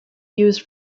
used